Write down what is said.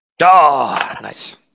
Nice